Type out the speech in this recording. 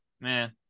Man